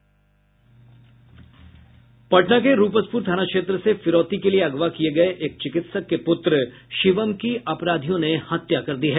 पटना के रुपसपुर थाना क्षेत्र से फिरौती के लिए अगवा किये गये एक चिकित्सक के पुत्र शिवम की अपराधियों ने हत्या कर दी है